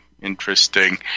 interesting